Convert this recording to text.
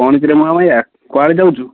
କ'ଣ କିରେ ମୁଁଆମାଳିଆ କୁଆଡ଼େ ଯାଉଛୁ